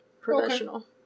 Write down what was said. Professional